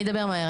אני אדבר מהר,